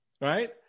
right